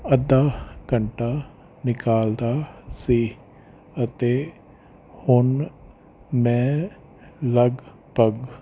ਅੱਧਾ ਘੰਟਾ ਨਿਕਾਲਦਾ ਸੀ ਅਤੇ ਹੁਣ ਮੈਂ ਲਗ ਭਗ